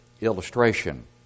illustration